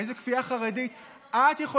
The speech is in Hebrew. על איזו כפייה חרדית אתה מדבר?